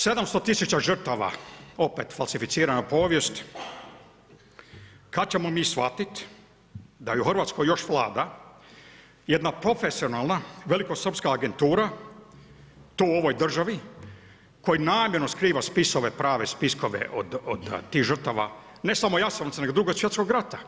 700 000 žrtava, opet falsificirana povijest, kad ćemo mi shvatiti da u Hrvatskoj još vlada jedna profesionalna velikosrpska agentura, tu u ovoj državi koji namjerno skriva spise, prave spiskove od tih žrtava, ne samo Jasenovca nego od Drugog svjetskog rata.